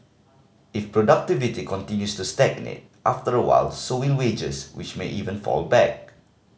if productivity continues to stagnate after a while so will wages which may even fall back